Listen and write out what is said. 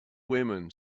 women